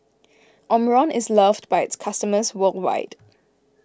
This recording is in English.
Omron is loved by its customers worldwide